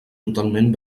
totalment